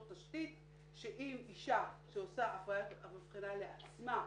תשתית שאם אישה שעושה הפריית מבחנה לעצמה,